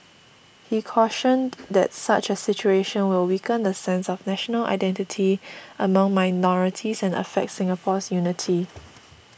he cautioned that such a situation will weaken the sense of national identity among minorities and affect Singapore's unity